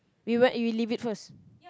we went we leave it first